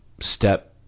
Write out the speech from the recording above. step